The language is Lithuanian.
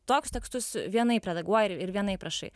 tokius tekstus vienaip redaguoji ir ir vienaip rašai